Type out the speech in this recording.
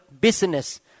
business